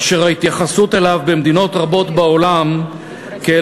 אשר ההתייחסות אליו במדינות רבות בעולם היא כאל